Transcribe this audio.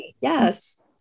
Yes